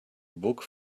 book